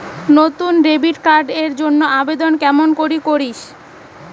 নতুন debit card এর জন্যে আবেদন কেমন করি করিম?